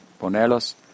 ponerlos